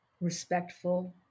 respectful